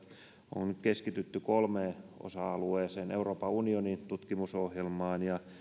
on keskitytty kolmeen osa alueeseen euroopan unionin tutkimusohjelmaan